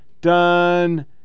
done